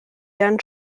dann